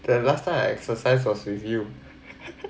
the last time I exercise was with you